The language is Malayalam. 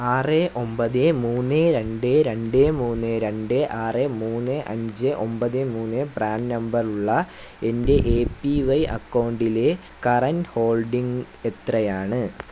ആറ് ഒമ്പത് മൂന്ന് രണ്ട് രണ്ട് മൂന്ന് രണ്ട് ആറ് മൂന്ന് അഞ്ച് ഒമ്പത് മൂന്ന് പ്രാന് നമ്പർ ഉള്ള എന്റെ എ പി വൈ അക്കൗണ്ടിലെ കറന്റ് ഹോൾഡിംഗ് എത്രയാണ്